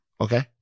okay